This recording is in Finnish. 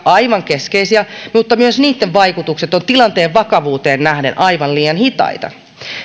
aivan keskeisiä mutta myös niitten vaikutukset ovat tilanteen vakavuuteen nähden aivan liian hitaita